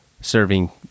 serving